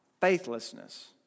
faithlessness